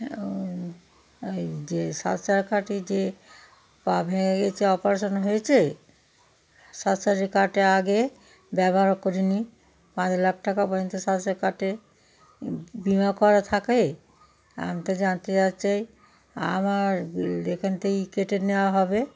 যে স্বাস্থ্য সাথী কার্ডটি যে পা ভেঙে গেছে অপারেশান হয়েছে স্বাস্থ্য সাথী কার্ডে আগে ব্যবহার করি নি পাঁচ লাখ টাকা পর্যন্ত স্বাস্থ্য সাথী কার্ডে বিমা করা থাকে আমি তো জানতে চাচ্ছি আমার এখান থেকেই কেটে নেওয়া হবে